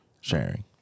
sharing